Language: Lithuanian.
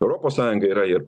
europos sąjungai yra ir